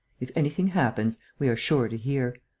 if anything happens, we are sure to hear.